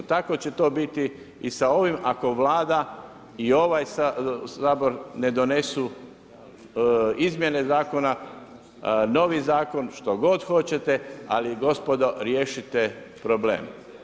Tako će to biti i sa ovim ako Vlada i ovaj Sabor ne donesu izmjene zakona, novi zakon, što god hoćete, ali gospodo riješite problem.